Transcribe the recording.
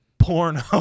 Porno